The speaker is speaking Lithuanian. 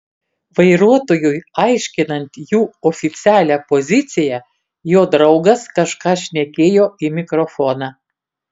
vairuotojui aiškinant jų oficialią poziciją jo draugas kažką šnekėjo į mikrofoną